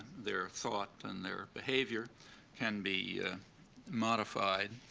their thought and their behavior can be modified